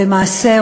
או למעשה,